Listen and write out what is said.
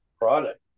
product